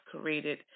created